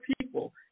people